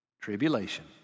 Tribulation